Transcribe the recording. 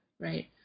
right